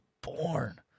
born